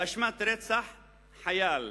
באשמת רצח חייל.